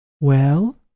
Well